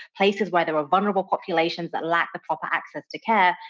places where there are vulnerable populations that lack the proper access to care.